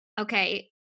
Okay